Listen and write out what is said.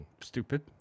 Stupid